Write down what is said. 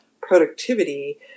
productivity